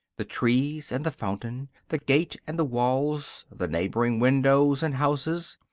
the trees and the fountain, the gate and the walls, the neighboring windows and houses,